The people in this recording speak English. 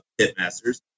Hitmasters